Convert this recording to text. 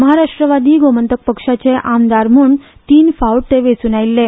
महाराष्ट्रवादी गोमंतक पक्षाचे आमदार म्हण तीन फावट ते वेचून आयिल्ले